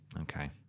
Okay